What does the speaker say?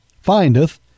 findeth